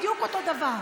בדיוק אותו דבר.